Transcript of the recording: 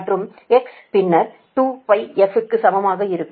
மற்றும் X பின்னர் 2πf க்கு சமமாக இருக்கும்